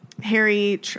Harry